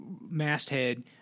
masthead